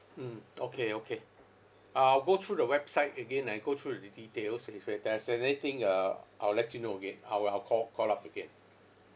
mm okay okay uh I'll go through the website again and I go through the details if a there's anything uh I will let you know again I will I'll call call up again